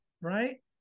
Right